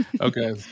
okay